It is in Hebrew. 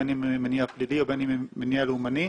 בין אם ממניע פלילי ובין אם ממניע לאומני.